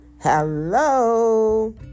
Hello